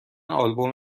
آلبوم